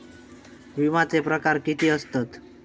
विमाचे प्रकार किती असतत?